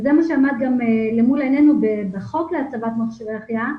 וזה מה שעמד לנגד עינינו בחוק להצבת מכשירי החייאה,